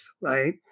right